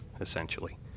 essentially